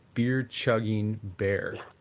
beer chugging bear.